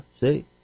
see